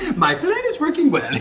my plan is working but